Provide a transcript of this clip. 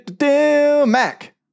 Mac